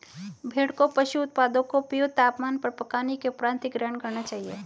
भेड़ को पशु उत्पादों को उपयुक्त तापमान पर पकाने के उपरांत ही ग्रहण करना चाहिए